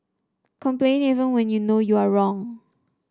complain even when you know you are wrong